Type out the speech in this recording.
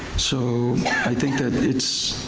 so i think that it's.